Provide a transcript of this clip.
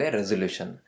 resolution